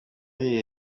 iyi